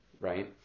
right